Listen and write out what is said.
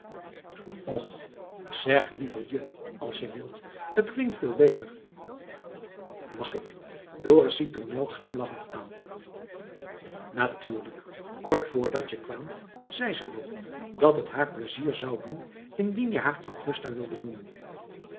och zeg liever je als je wilt t klinkt veel beter mag ik dorus ziet tournel glimlachend aan natuurlijk kort voordat je kwaamt zei ze nog dat t haar pleizier zou doen indien je haar augusta wildet noemen